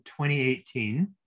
2018